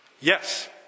Yes